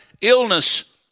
illness